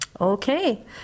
Okay